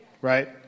Right